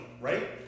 right